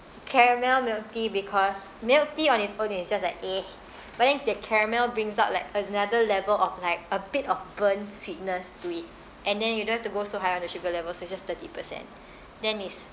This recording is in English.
caramel milk tea because milk tea on it's own is just like eh but then the caramel brings up another level of like a bit of burnt sweetness to it and then you don't have to go so high on the sugar level so it's just thirty percent then it's